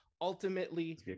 ultimately